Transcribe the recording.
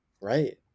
right